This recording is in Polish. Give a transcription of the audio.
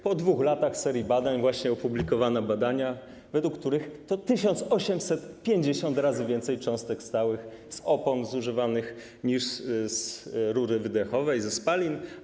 Po 2 latach serii badań właśnie opublikowano badania, według których jest 1850 razy więcej cząstek stałych z opon zużywanych niż z rury wydechowej, ze spalin.